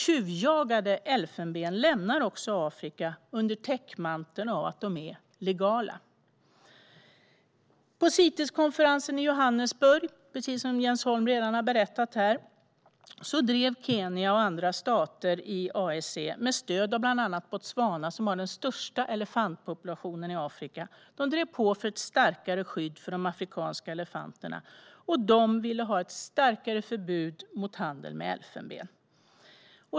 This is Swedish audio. Tjuvjagat elfenben lämnar också Afrika under täckmantel av att det är legalt. På Citeskonferensen i Johannesburg drev Kenya och andra stater i AEC, precis som Jens Holm redan har berättat, med stöd av bland andra Botswana, som har den största elefantpopulationen i Afrika, på för ett starkare skydd för de afrikanska elefanterna. De ville ha ett starkare förbud mot handel med elfenben.